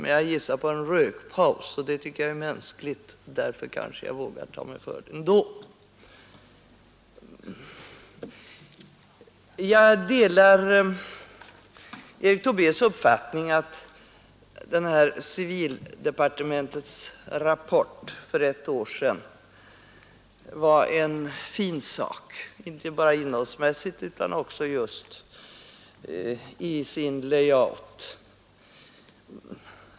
Men jag gissar på en rökpaus, och det tycker jag är mänskligt, så jag vågar kanske ändå ta mig före vad jag hade tänkt göra. Jag delar herr Tobés uppfattning, att civildepartementets rapport för ett år sedan var en fin sak, inte bara innehållsmässigt utan också i sin layout.